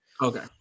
Okay